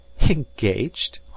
Engaged